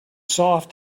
soft